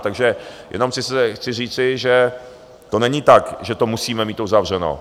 Takže jenom chci říci, že to není tak, že to musíme mít uzavřeno.